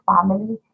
family